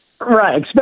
Right